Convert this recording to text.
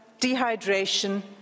dehydration